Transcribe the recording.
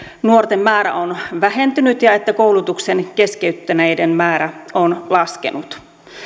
nuorten määrä on vähentynyt ja että koulutuksen keskeyttäneiden määrä on laskenut